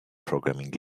programming